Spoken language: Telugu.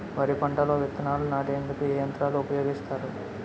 వరి పంటలో విత్తనాలు నాటేందుకు ఏ యంత్రాలు ఉపయోగిస్తారు?